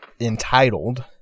entitled